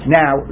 now